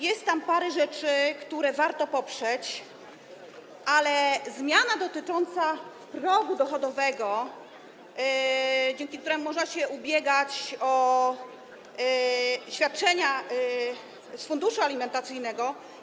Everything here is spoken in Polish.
Jest tam parę rzeczy, które warto poprzeć, ale zmiana dotycząca progu dochodowego, przy którym można się ubiegać o świadczenia z funduszu alimentacyjnego.